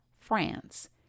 France